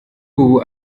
ubu